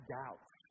doubts